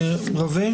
חברי,